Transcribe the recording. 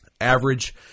average